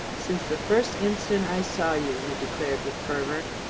since the first instant i saw you! he declared with fervour.